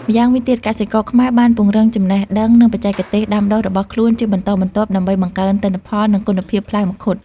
ម្យ៉ាងវិញទៀតកសិករខ្មែរបានពង្រឹងចំណេះដឹងនិងបច្ចេកទេសដាំដុះរបស់ខ្លួនជាបន្តបន្ទាប់ ដើម្បីបង្កើនទិន្នផលនិងគុណភាពផ្លែមង្ឃុត។